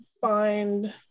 find